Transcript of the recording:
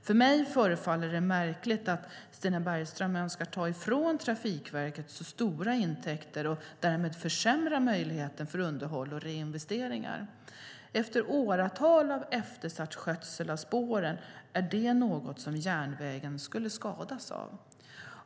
För mig förefaller det märkligt att Stina Bergström önskar ta ifrån Trafikverket så stora intäkter och därmed försämra möjligheten för underhåll och reinvesteringar. Efter åratal av eftersatt skötsel av spåren är det något som järnvägen skulle skadas av.